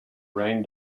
rain